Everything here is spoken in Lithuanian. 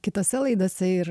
kitose laidose ir